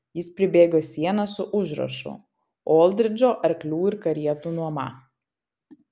jis pribėgo sieną su užrašu oldridžo arklių ir karietų nuoma